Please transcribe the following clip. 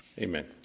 Amen